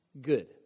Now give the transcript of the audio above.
Good